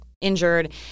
injured